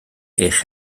eich